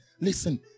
Listen